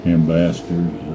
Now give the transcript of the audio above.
Ambassadors